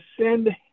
send